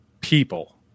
people